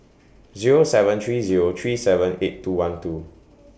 Zero seven three Zero three seven eight two one two